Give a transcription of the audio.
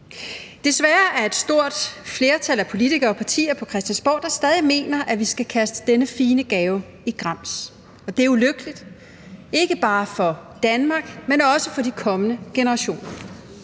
Desværre er der et stort flertal af politikere og partier på Christiansborg, der stadig mener, at vi skal kaste denne fine gave i grams, og det er ulykkeligt, ikke bare for Danmark, men også for de kommende generationer